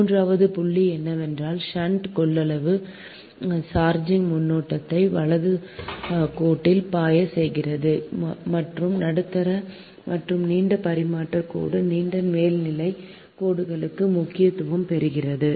மூன்றாவது புள்ளி என்னவென்றால் ஷன்ட் கொள்ளளவு சார்ஜிங் மின்னோட்டத்தை வலது கோட்டில் பாயச் செய்கிறது மற்றும் நடுத்தர மற்றும் நீண்ட பரிமாற்றக் கோடு நீண்ட மேல்நிலைக் கோடுகளுக்கு முக்கியத்துவம் பெறுகிறது